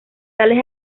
tales